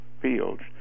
fields